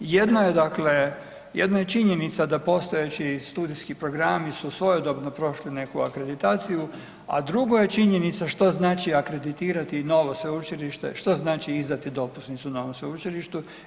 Jedno je dakle, jedno je činjenica da postojeći studijski programi su svojedobno prošli neku akreditaciju, a drugo je činjenica što znači akreditirati novo sveučilište, što znači izdati dopusnicu novom sveučilištu.